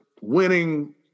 winning